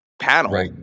panel